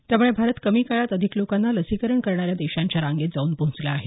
त्यामुळे भारत कमी काळात अधिक लोकांना लसीकरण करणाऱ्या देशांच्या रांगेत पोहचला आहे